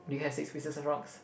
do you have six pieces of rocks